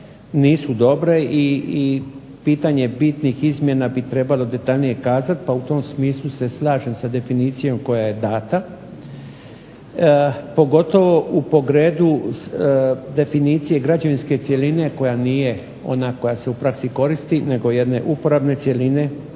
nisu dobre i pitanje bitnih izmjena bi trebalo detaljnije kazati, pa u tom smislu se slažem sa definicijom koja je data pogotovo u pogledu definicije građevinske cjeline koja nije ona koja se u praksi koristi nego jedne uporabne cjeline